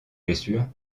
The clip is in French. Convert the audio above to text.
blessure